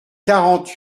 quarante